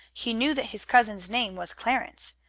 he knew that his cousin's name was clarence.